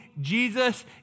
Jesus